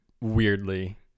weirdly